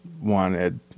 wanted